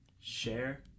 share